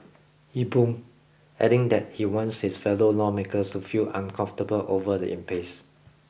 he boomed adding that he wants his fellow lawmakers to feel uncomfortable over the impasse